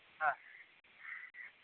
ஆ